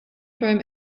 term